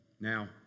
Now